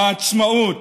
העצמאות,